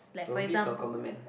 Toby's or Common Man